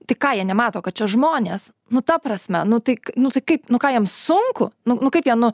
tai ką jie nemato kad čia žmonės nu ta prasme nu tai nu tai kaip nu ką jiem sunku nu nu kaip jie nu